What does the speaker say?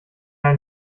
ein